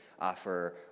offer